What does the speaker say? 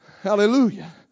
Hallelujah